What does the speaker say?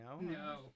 no